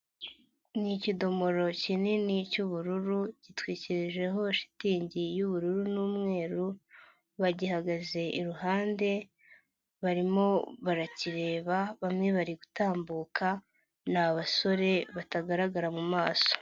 Ni ikidomoro kinini cy'ubururu gitwikirijeho shitingi y'ubururu n'umweru, bagihagaze iruhande, barimo barakirereba bamwe bari gutambuka, ni abasore batagaragara mu maso.